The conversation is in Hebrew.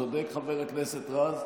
צודק חבר הכנסת רז.